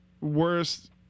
worst